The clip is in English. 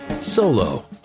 Solo